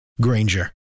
Granger